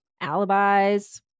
alibis